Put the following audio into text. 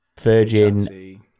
Virgin